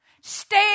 Stay